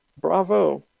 bravo